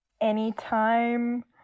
anytime